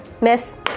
miss